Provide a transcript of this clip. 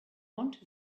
want